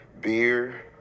beer